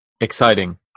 Exciting